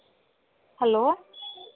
hello